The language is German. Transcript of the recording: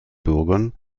bürgern